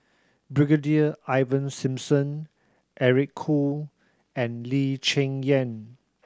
Brigadier Ivan Simson Eric Khoo and Lee Cheng Yan